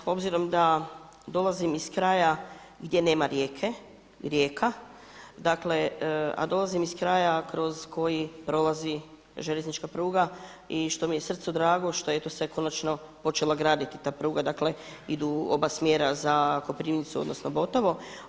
Obzirom da dolazim iz kraja gdje nema rijeke, Rijeka, dakle a dolazim iz kraja kroz prolazi željeznička pruga i što mi je srcu drago što eto se konačno počela graditi ta pruga, dakle idu u oba smjera za Koprivnicu odnosno Botovo.